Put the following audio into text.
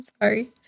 sorry